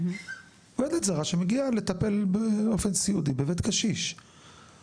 עובדת זרה שמגיעה לטפל באופן סיעודי בבית קשיש,